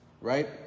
right